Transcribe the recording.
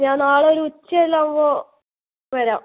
ഞാൻ നാളെ ഒരു ഉച്ചയെല്ലാം ആവുമ്പോൾ വരാം